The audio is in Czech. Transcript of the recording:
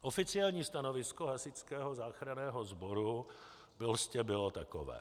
Oficiální stanovisko Hasičského záchranného sboru prostě bylo takové.